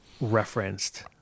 referenced